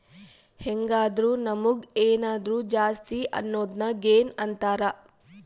ಹೆಂಗಾದ್ರು ನಮುಗ್ ಏನಾದರು ಜಾಸ್ತಿ ಅಗೊದ್ನ ಗೇನ್ ಅಂತಾರ